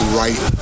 right